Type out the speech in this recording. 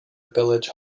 village